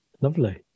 Lovely